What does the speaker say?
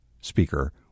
speaker